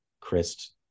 Chris